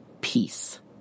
peace